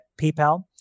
PayPal